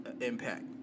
Impact